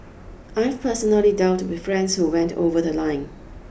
I've personally dealt with friends who went over the line